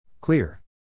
Clear